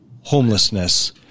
homelessness